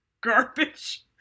garbage